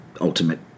ultimate